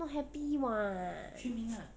not happy [what]